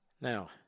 Now